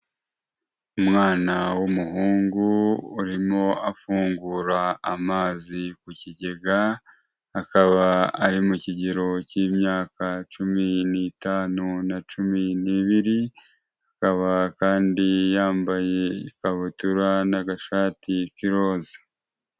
Umwana w'umuhungu urimo afungura amazi ku kigega, akaba ari mu kigero cy'imyaka cumi n'itanu na cumi n'ibiri, akaba kandi yambaye ikabutura n'agashati k'iroze.